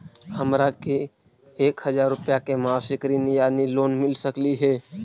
हमरा के एक हजार रुपया के मासिक ऋण यानी लोन मिल सकली हे?